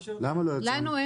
למה הוא לא יצרן?